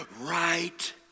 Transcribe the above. right